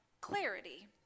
clarity